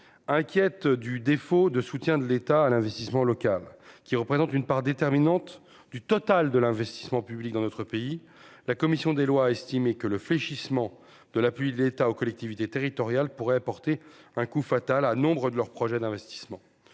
inquiète du défaut de soutien de l'État à l'investissement local qui représentent une part déterminante du total de l'investissement public dans notre pays, la commission des lois a estimé que le fléchissement de la pluie, l'État aux collectivités territoriales, pourrait porter un coup fatal à nombre de leurs projets d'investissement